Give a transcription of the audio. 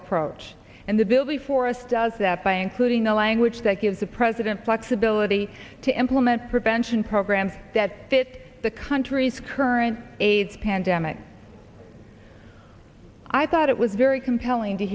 approach and the bill before us does that by including a language that gives the president flexibility to implement prevention programs that fit the country's current aids pandemic i thought it was very compelling to